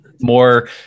more